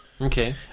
Okay